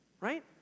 Right